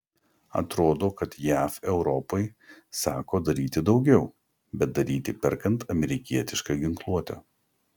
atrodo kad jav europai sako daryti daugiau bet daryti perkant amerikietišką ginkluotę